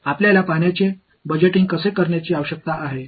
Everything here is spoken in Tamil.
இதை நாம் எவ்வாறு கணக்கிடுவது நீரின் பட்ஜெட்டை எவ்வாறு செய்ய வேண்டும்